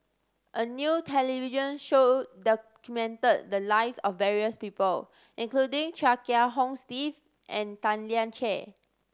a new television show documented the lives of various people including Chia Kiah Hong Steve and Tan Lian Chye